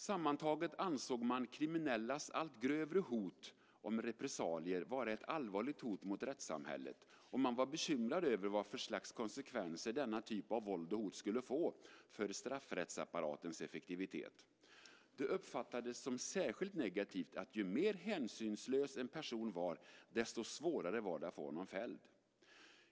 Sammantaget ansåg man kriminellas allt grövre hot om repressalier vara ett allvarligt hot mot rättssamhället, och man var bekymrad över vad för slags konsekvenser denna typ av våld och hot skulle få för straffrättsapparatens effektivitet. Det uppfattades som särskilt negativt att ju mer hänsynslös en person var, desto svårare var det att få honom fälld.